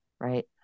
right